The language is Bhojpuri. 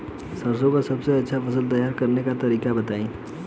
सरसों का सबसे अच्छा फसल तैयार करने का तरीका बताई